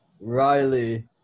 Riley